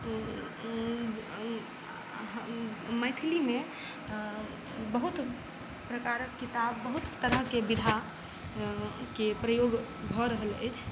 मैथिलीमे बहुत प्रकारके किताब बहुत तरहके विधाके प्रयोग भऽ रहल अछि